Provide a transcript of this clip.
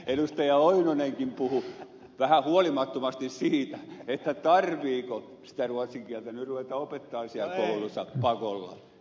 oinonenkin puhui vähän huolimattomasti siitä tarvitseeko sitä ruotsin kieltä nyt ruveta opettamaan siellä koulussa pakolla